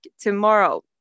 tomorrow